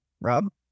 Rob